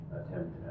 attempt